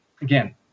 Again